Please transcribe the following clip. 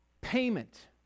payment